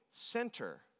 center